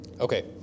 Okay